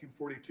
1942